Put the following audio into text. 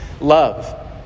love